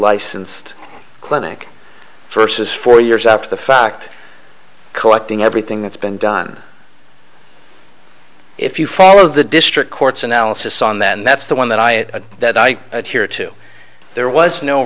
licensed clinic first is four years after the fact collecting everything that's been done if you follow the district court's analysis on that and that's the one that i had that i adhere to there was no